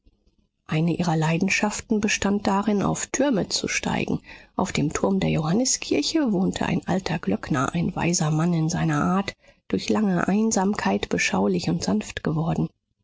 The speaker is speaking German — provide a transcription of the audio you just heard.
eine ihrer leidenschaften bestand darin auf türme zu steigen auf dem turm der johanniskirche wohnte ein alter glöckner ein weiser mann in seiner art durch lange einsamkeit beschaulich und sanft geworden